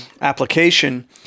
application